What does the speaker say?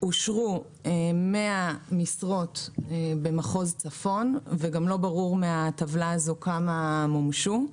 אושרו 100 משרות במחוז צפון וגם לא ברור מהטבלה הזאת כמה מומשו.